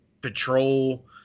patrol